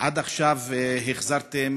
עד עכשיו החזרתם